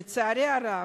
לצערי הרב,